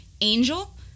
Angel